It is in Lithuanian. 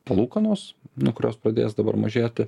palūkanos nu kurios pradės dabar mažėti